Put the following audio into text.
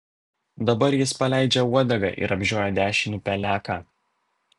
dabar jis paleidžia uodegą ir apžioja dešinį peleką